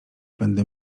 będę